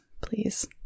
please